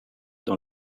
dans